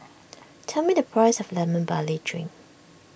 tell me the price of Lemon Barley Drink